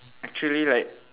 actually like